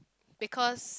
because